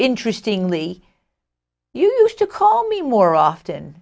interesting lee used to call me more often